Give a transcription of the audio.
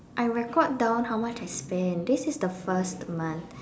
I record down how much I spend this is the first month